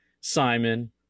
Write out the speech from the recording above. Simon